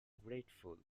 grateful